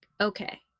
okay